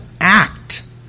act